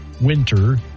winter